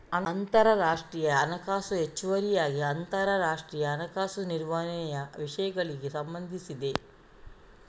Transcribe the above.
ಅಂತರರಾಷ್ಟ್ರೀಯ ಹಣಕಾಸು ಹೆಚ್ಚುವರಿಯಾಗಿ ಅಂತರರಾಷ್ಟ್ರೀಯ ಹಣಕಾಸು ನಿರ್ವಹಣೆಯ ವಿಷಯಗಳಿಗೆ ಸಂಬಂಧಿಸಿದೆ